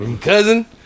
cousin